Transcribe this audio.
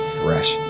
fresh